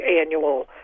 annual